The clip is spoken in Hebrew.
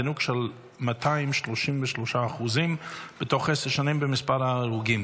זינוק של 233% בתוך עשר שנים במספר ההרוגים.